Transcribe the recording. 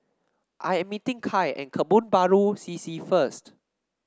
I am meeting Kai at Kebun Baru C C first